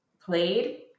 played